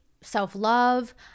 self-love